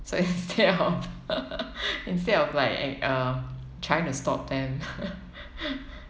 so instead of instead of like a~ um trying to stop them